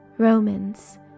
Romans